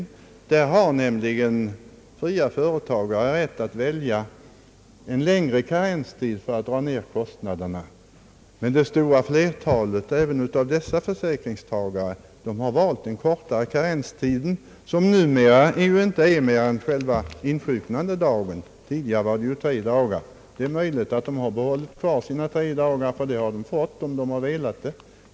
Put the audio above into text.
I denna har nämligen fria företagare rätt att välja en längre karenstid för att minska kostnaderna, men det stora flertalet även av dessa försäkringstagare har valt den kortare karenstiden, som numera inte är mer än själva insjuknandedagen — tidigare var det ju tre dagar. Det är möjligt att de hade velat behålla dessa tre dagar, och det hade de fått, om de hade velat det.